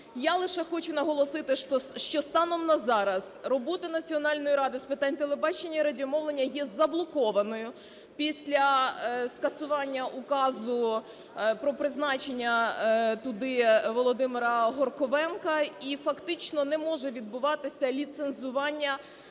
Я лише хочу наголосити, що станом на зараз робота Національної ради з питань телебачення і радіомовлення є заблокованою після скасування указу про призначення туди Володимира Горковенка, і фактично не може відбуватися ліцензування